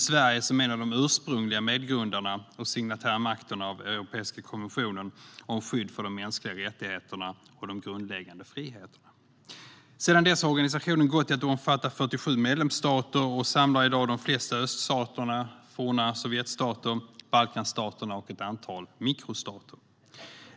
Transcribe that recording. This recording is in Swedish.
Sverige var en av de ursprungliga medgrundarna och signatärmakterna av Europeiska konventionen om skydd för de mänskliga rättigheterna och de grundläggande friheterna. Sedan dess har organisationen gått till att omfatta 47 medlemsstater och samlar i dag de flesta öststaterna, forna sovjetstater, Balkanstater och ett antal mikrostater.